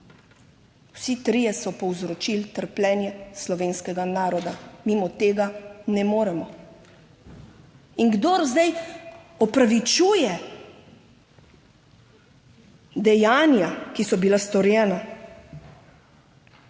vsi trije so povzročili trpljenje slovenskega naroda. Mimo tega ne moremo. In kdor zdaj opravičuje dejanja, ki so bila storjena